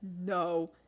No